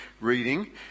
reading